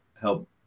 help